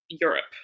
europe